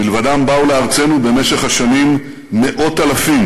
מלבדם באו לארצנו במשך השנים מאות אלפים